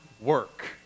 work